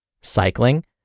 Cycling